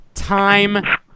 time